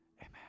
Amen